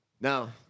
Now